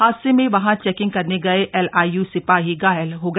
हादसे में वहां चेकिंग करने गए एलआईयू सिपाही घायल हो गया